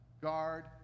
Guard